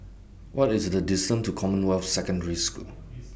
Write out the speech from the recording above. What IS The distance to Commonwealth Secondary School